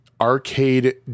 arcade